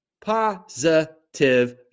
Positive